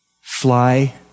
Fly